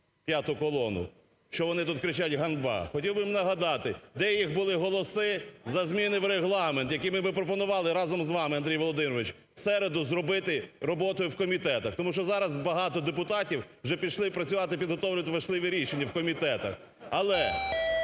п'яту колону, що вони тут кричать ганьба, хотів би їм нагадати де їх були голоси за зміни в Регламент, який ми пропонували разом з вами, Андрій Володимирович, в середу зробити роботу в комітетах. Тому що зараз багато депутатів вже пішли працювати, підготовлювати важливі рішення в комітетах. Але